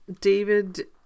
David